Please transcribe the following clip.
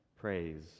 Praise